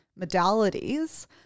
modalities